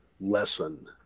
lesson